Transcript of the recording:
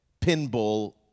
pinball